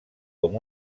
com